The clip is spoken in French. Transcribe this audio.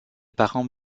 parents